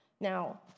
Now